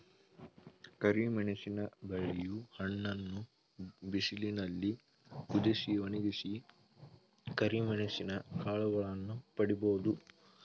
ಕರಿಮೆಣಸಿನ ಬಳ್ಳಿಯ ಹಣ್ಣನ್ನು ಬಿಸಿಲಿನಲ್ಲಿ ಕುದಿಸಿ, ಒಣಗಿಸಿ ಕರಿಮೆಣಸಿನ ಕಾಳುಗಳನ್ನು ಪಡಿಬೋದು